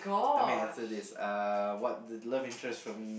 I mean after this uh what love interest from